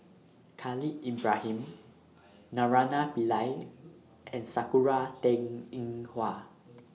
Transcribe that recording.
Khalil Ibrahim Naraina Pillai and Sakura Teng Ying Hua